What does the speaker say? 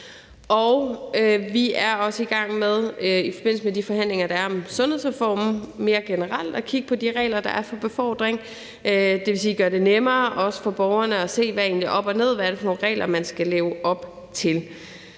Vi er også i gang med i forbindelse med de forhandlinger, der er om sundhedsreformen, mere generelt at kigge på de regler, der er for befordring. Det vil sige at gøre det nemmere, også for borgeren at se, hvad der egentlig er op og ned, og hvad